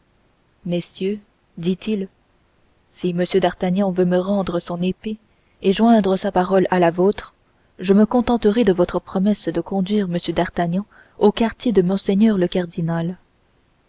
messieurs dit-il si m d'artagnan veut me rendre son épée et joindre sa parole à la vôtre je me contenterai de votre promesse de conduire m d'artagnan au quartier de mgr le cardinal